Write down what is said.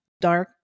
dark